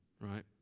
right